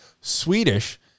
swedish